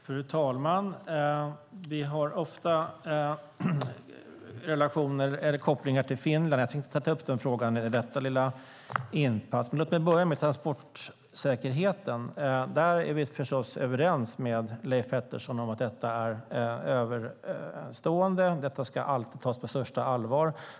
Fru talman! Vi har ofta kopplingar till Finland. Jag tänkte ta upp det i detta lilla inpass, men låt mig börja med transportsäkerheten. Vi är förstås överens med Leif Pettersson om att den är överstående allt annat och alltid ska tas på största allvar.